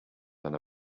than